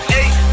eight